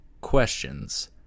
questions